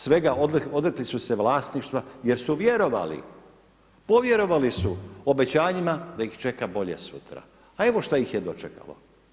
Svega, odrekli su se vlasništva jer su vjerovali, povjerovali su obećanjima da ih čeka bolje sutra, a evo što ih je dočekalo.